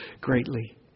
greatly